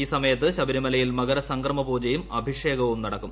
ഈ സമയത്ത് ശബരിമലയിൽ മകരസംക്രമപൂജയും അഭിഷേകവും നടക്കും